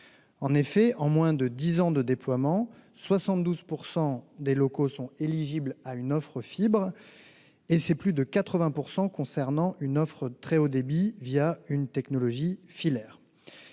En effet, en moins de dix ans de déploiement, 72 % des locaux sont éligibles à une offre fibre et plus de 80 % le sont à une offre très haut débit au moyen d'une technologie filaire.